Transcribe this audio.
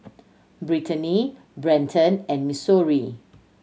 Britany Brenton and Missouri